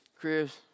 Chris